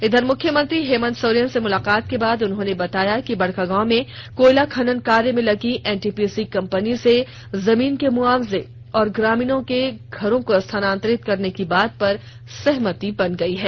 इधर मुख्यमंत्री हेमन्त सोरेन से मुलाकात के बाद उन्होंने बताया कि बडकागांव में कोयला खनन कार्य में लगी एनटीपीसी कंपनी से जमीन के मुआवजे और ग्रामीणों के घरों को स्थानांतरित करने की बात पर सहमति बन गयी है